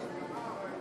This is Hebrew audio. כך שתהיו ערניים.